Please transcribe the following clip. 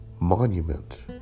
monument